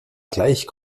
gleich